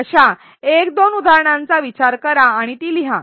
अशा एक दोन उदाहरणांचा विचार करा आणि ती लिहा